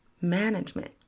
management